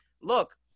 look